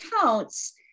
accounts